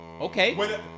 okay